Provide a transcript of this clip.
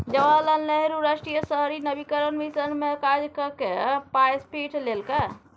जवाहर लाल नेहरू राष्ट्रीय शहरी नवीकरण मिशन मे काज कए कए पाय पीट लेलकै